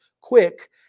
quick